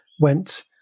went